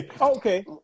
Okay